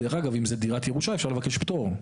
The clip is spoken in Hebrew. דרך אגב, אם זו דירת ירושה, אפשר לבקש פטור.